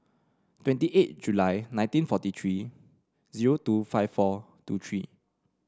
twenty eight July nineteen forty three zero two five four two three